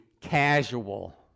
casual